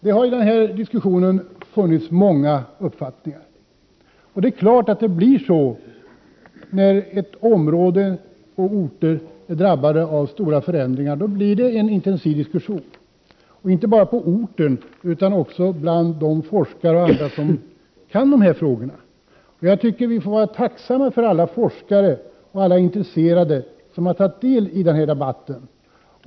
Det har funnits många uppfattningar i denna diskussion. Det blir självfallet så, när områden och orter drabbas av stora förändringar. Det förs intensiva diskussioner, inte bara på orten utan också bland de forskare och andra som kan dessa frågor. Vi måste vara tacksamma för alla de forskare och andra intresserade som har tagit del i denna debatt.